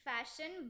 Fashion